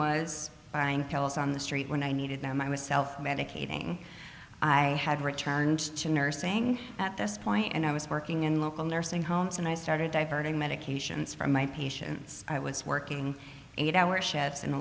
was buying pills on the street when i needed them i was self medicating i had returned to nursing at this point and i was working in local nursing homes and i started diverting medications from my patients i was working eight hour shifts in a